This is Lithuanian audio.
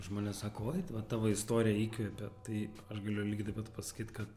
žmonės sako uoj va tavo istorija įkvepia taip aš galiu lygiai taip pat pasakyt kad